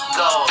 go